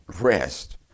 rest